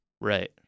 Right